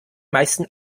meisten